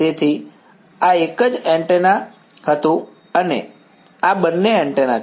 તેથી આ એક જ એન્ટેના હતું અને આ બંને એન્ટેના છે